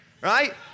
right